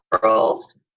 girls